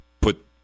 put